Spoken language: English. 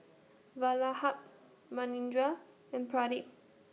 Vallabhbhai Manindra and Pradip